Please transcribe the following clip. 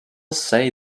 say